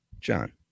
John